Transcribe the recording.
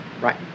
right